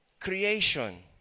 Creation